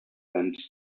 bent